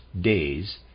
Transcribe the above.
days